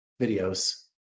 videos